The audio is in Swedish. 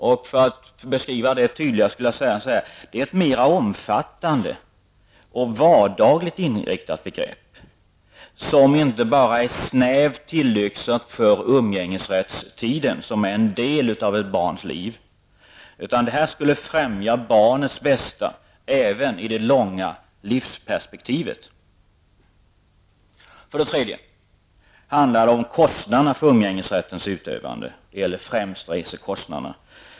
För att närmare beskriva detta begrepp kan jag säga att det är mera omfattande och vardagligt inriktat och inte bara snävt tillyxat för umgängestiden, som är en del av ett barns liv, utan det här skulle främja barnets bästa, även i det långa livsperspektivet. För det tredje handlar det om kostnaderna för umgängesrättens utövande, och det gäller främst resekostnaderna.